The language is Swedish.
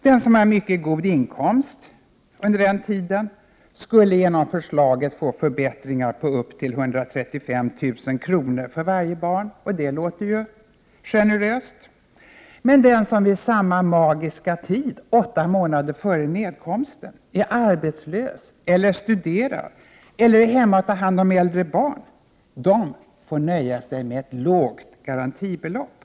Den som har mycket god inkomst under den tiden skulle genom förslaget få förbättringar på upp till 135 000 kr. för varje barn, och det låter ju generöst. Men den som vid samma magiska tid, 8 månader före nedkomsten, är arbetslös eller studerar eller är hemma och tar hand om äldre barn får nöja sig med ett lågt garantibelopp.